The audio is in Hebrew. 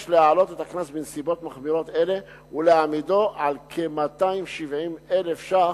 יש להעלות את הקנס בנסיבות מחמירות אלה ולהעמידו על כ-270,000 שקלים,